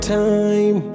time